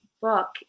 book